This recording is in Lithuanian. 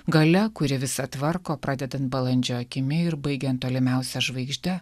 galia kuri visa tvarko pradedant balandžio akimi ir baigiant tolimiausia žvaigžde